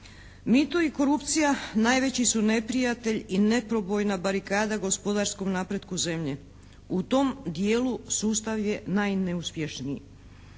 Mito i korupcija najveći su neprijatelj i neprobojna barikada gospodarskom napretku zemlje. U tom dijelu sustav je najneuspješniji.